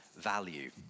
value